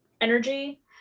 energy